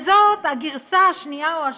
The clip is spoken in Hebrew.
וזאת הגרסה השנייה או השלישית.